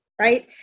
right